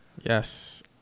Yes